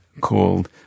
called